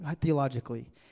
theologically